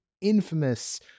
infamous